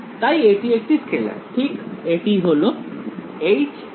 তাই এটি একটি স্কেলার ঠিক এটি হলো ·